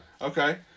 okay